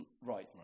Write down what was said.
Right